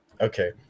okay